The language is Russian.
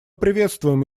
приветствуем